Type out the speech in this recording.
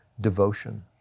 devotion